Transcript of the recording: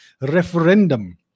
referendum